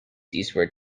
eastward